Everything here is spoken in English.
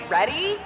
Ready